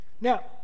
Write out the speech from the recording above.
Now